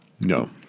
No